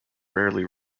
rarely